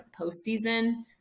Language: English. postseason